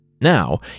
Now